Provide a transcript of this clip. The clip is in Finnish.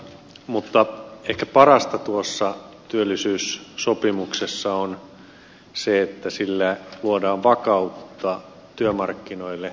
mutta ehkä parasta tuossa työllisyyssopimuksessa on se että sillä luodaan vakautta työmarkkinoille